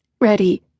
ready